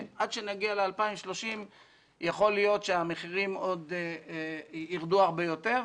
עד שנגיע ל-2030 יכול להיות שהמחירים ירדו הרבה יותר.